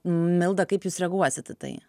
milda kaip jūs reaguosit į tai